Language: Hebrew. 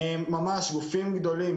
גופים גדולי,